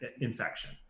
infection